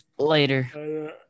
later